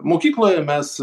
mokykloj mes